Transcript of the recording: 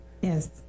yes